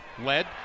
Led